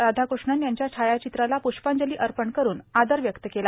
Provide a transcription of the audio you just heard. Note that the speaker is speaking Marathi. राधाकृष्णन यांच्या छायाचित्राला पृष्पांजली अर्पण करून आदर व्यक्त केला